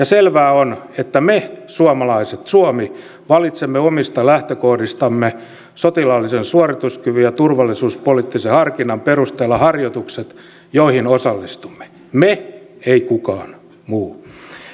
selvää on että me suomalaiset suomi valitsemme omista lähtökohdistamme sotilaallisen suorituskyvyn ja turvallisuuspoliittisen harkinnan perusteella harjoitukset joihin osallistumme me ei kukaan muu